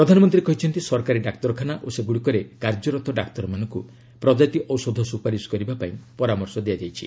ପ୍ରଧାନମନ୍ତ୍ରୀ କହିଛନ୍ତି ସରକାରୀ ଡାକ୍ତରଖାନା ଓ ସେଗୁଡ଼ିକରେ କାର୍ଯ୍ୟରତ ଡାକ୍ତରମାନଙ୍କୁ ପ୍ରଜାତି ଔଷଧ ସୁପାରିସ କରିବାପାଇଁ ପରାମର୍ଶ ଦିଆଯାଇଛି